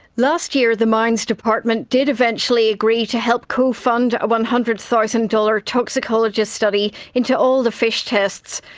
last year the mines department did eventually agree to help co-fund a one hundred thousand dollars toxicologist study into all the fish tests.